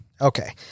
Okay